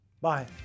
Bye